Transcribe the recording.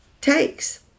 takes